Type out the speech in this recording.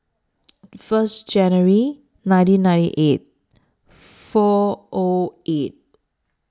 First January nineteen ninety eight four O eight